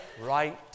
right